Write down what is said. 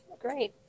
great